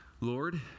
Lord